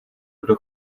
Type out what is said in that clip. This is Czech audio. kdo